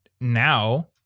now